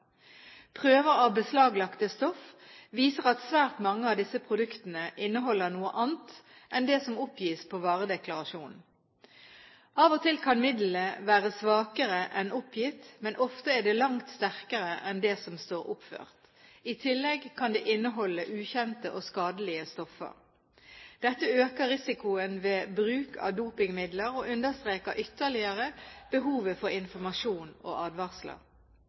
Prøver av beslaglagte stoff viser at svært mange av disse produktene inneholder noe annet enn det som oppgis på varedeklarasjonen. Av og til kan midlet være svakere enn oppgitt, men ofte er det langt sterkere enn det som står oppført. I tillegg kan det inneholde ukjente og skadelige stoffer. Dette øker risikoen ved bruk av dopingmidler og understreker ytterligere behovet for informasjon og advarsler.